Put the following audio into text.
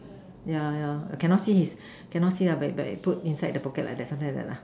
yeah yeah I cannot see his cannot see but but put inside the pocket like that something like that lah